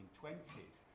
1920s